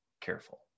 careful